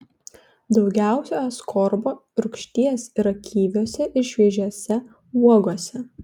daugiausia askorbo rūgšties yra kiviuose ir šviežiose uogose